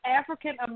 African